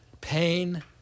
pain